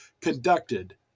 conducted